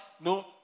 no